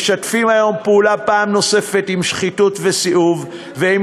משתפים היום פעולה פעם נוספת עם שחיתות וסיאוב ועם